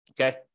Okay